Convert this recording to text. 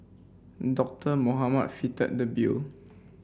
Doctor Mohamed fitted the bill